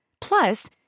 Plus